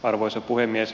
arvoisa puhemies